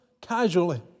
casually